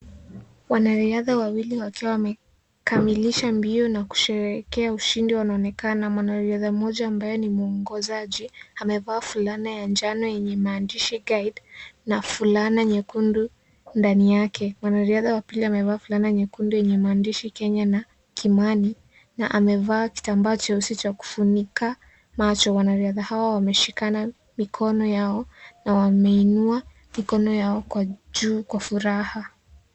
Wanariadha wawili wakiwa wamekamilisha mbio na kusherehekea ushindi wanaonekana, mwanariadha mmoja ambaye ni muongozaji amevaa fulana ya njano yenye maandishi guide na fulana nyekundu ndani yake mwanariadha wa pili amevaa fulana nyekundu iliyoandikwa kenya na Kimani na amevaa kitambaa cheusi cha kufunika macho, wanariadha hao wameshikana mikono yao na wameinua mikono yao juu kwa furaha.